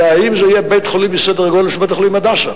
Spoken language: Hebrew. אלא זה יהיה בית-חולים בסדר-גודל של בית-החולים "הדסה"